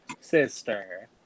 sister